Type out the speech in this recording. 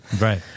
right